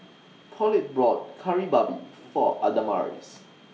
Paulette bought Kari Babi For Adamaris